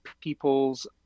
people's